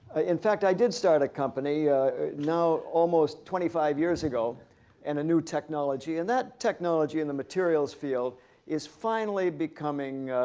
ah in fact, i did start a company now almost twenty five years ago and a new technology. and that technology in the materials field is finally becoming